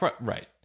right